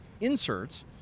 inserts